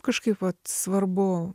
kažkaip vat svarbu